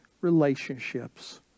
relationships